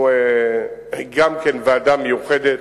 גם כן, ועדה מיוחדת